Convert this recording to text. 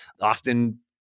often